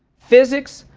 physics,